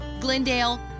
Glendale